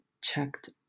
checked